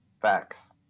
Facts